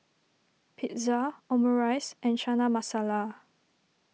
Pizza Omurice and Chana Masala